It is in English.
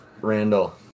Randall